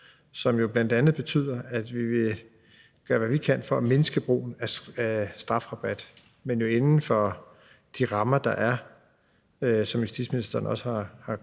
som jo bl.a. betyder, at vi vil gøre, hvad vi kan, for at mindske brugen af strafrabat, men jo inden for de rammer, der er, som justitsministeren jo også har redegjort